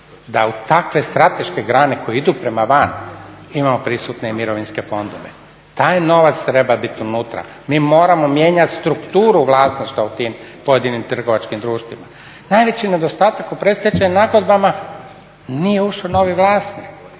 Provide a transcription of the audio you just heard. da u takve strateške grane koje idu prema van imamo prisutne i mirovinske fondove. Taj novac treba biti unutra. Mi moramo mijenjati strukturu vlasništva u tim pojedinim trgovačkom društvima. Najveći nedostatak u predstečajnim nagodbama nije ušao novi vlasnik,